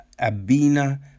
Abina